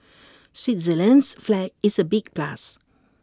Switzerland's flag is A big plus